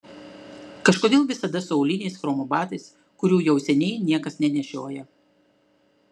kažkodėl visada su auliniais chromo batais kurių jau seniai niekas nenešioja